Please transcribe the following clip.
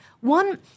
one